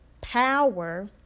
power